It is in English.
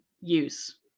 use